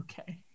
Okay